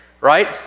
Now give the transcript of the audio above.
Right